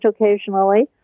occasionally